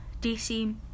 DC